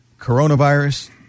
coronavirus